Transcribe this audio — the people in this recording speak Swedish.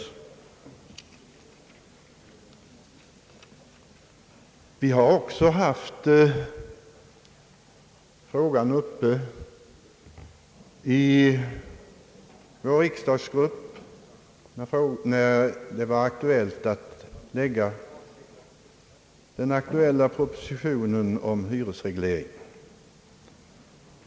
Vi har också haft frågan uppe i vår riksdagsgrupp, när det var aktuellt att lägga fram propositionen om hyresregleringen.